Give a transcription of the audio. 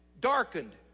Darkened